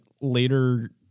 later